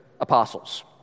apostles